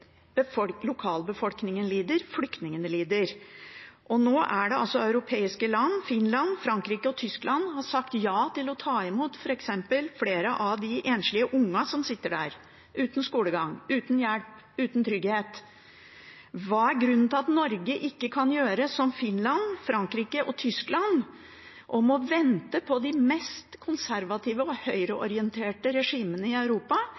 Lokalbefolkningen lider, flyktningene lider. Det er altså europeiske land – Finland, Frankrike og Tyskland – som nå har sagt ja til å ta imot f.eks. flere av de enslige ungene som sitter der, uten skolegang, uten hjelp, uten trygghet. Hva er grunnen til at Norge ikke kan gjøre som Finland, Frankrike og Tyskland, men må vente på de mest konservative og høyreorienterte regimene i Europa,